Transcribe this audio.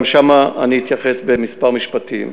גם שם אני אתייחס במספר משפטים.